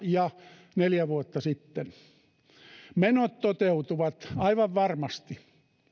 ja neljä vuotta sitten menot toteutuvat aivan varmasti